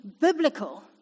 biblical